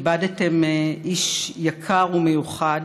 איבדתם איש יקר ומיוחד.